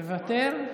מוותר.